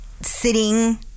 sitting